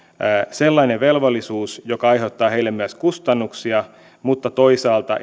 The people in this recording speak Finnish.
sellainen velvollisuus joka aiheuttaa heille myös kustannuksia mutta toisaalta